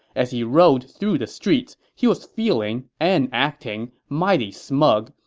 as he rode through the streets, he was feeling and acting mighty smug,